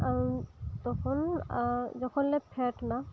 ᱛᱚᱠᱷᱚᱱ ᱡᱚᱠᱷᱚᱱ ᱞᱮ ᱯᱷᱮᱰ ᱮᱱᱟ